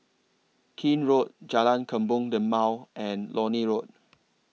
Keene Road Jalan Kebun Limau and Lornie Road